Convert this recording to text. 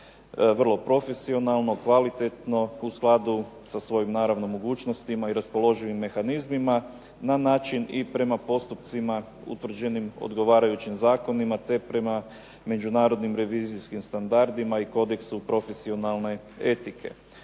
vrlo profesionalno, kvalitetno, u skladu sa svojim naravno mogućnostima i raspoloživim mehanizmima na način i prema postupcima utvrđenim odgovarajućim zakonima te prema međunarodnim revizijskim standardima i kodeksu profesionalne etike.